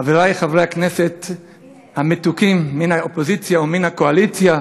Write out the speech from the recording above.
חברי חברי הכנסת המתוקים מן האופוזיציה ומן הקואליציה,